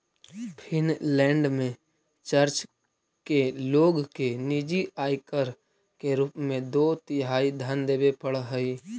Finland में चर्च के लोग के निजी आयकर के रूप में दो तिहाई धन देवे पड़ऽ हई